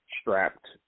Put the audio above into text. strapped